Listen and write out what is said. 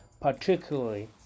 particularly